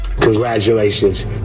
Congratulations